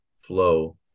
flow